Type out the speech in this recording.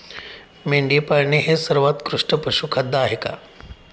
मेंढी पाळणे हे सर्वोत्कृष्ट पशुखाद्य आहे का?